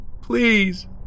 Please